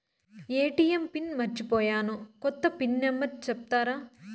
ATM pin మర్చిపోయాను పోయాను, కొత్త పిన్ నెంబర్ సెప్తారా?